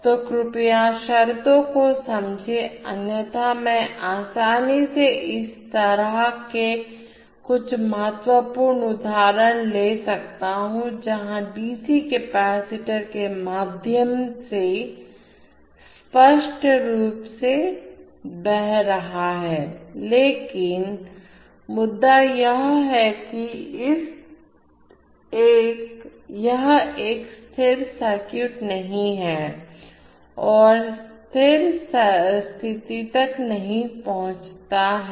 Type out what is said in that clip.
तो कृपया शर्तों को समझें अन्यथा मैं आसानी से इस तरह से कुछ मूर्खतापूर्ण उदाहरण ले सकता हूं जहां d c कपैसिटर के माध्यम से स्पष्ट रूप से बह रहा है लेकिन मुद्दा यह है कि यह एक स्थिर सर्किट नहीं है और यह स्थिर स्थिति तक नहीं पहुंचता है